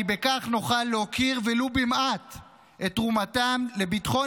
כי בכך נוכל להוקירם ולו במעט על תרומתם לביטחון